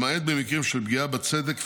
למעט במקרים של פגיעה בצדק,